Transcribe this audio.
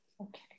Okay